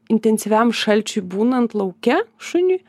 intensyviam šalčiui būnant lauke šuniui